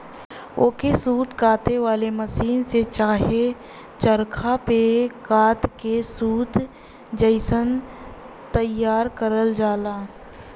ओके सूत काते वाले मसीन से चाहे चरखा पे कात के सूत जइसन तइयार करल जाला